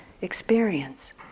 experience